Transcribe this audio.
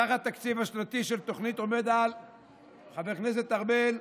סך התקציב השנתי של התוכנית, חבר הכנסת ארבל,